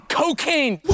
cocaine